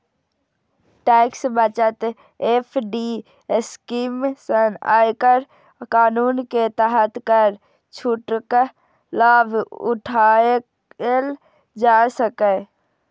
tax बचत FD scheme सं आयकर कानून के तहत कर छूटक लाभ उठाएल जा सकैए